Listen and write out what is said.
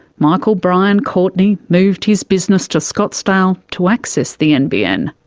michael brian courtney moved his business to scottsdale to access the nbn.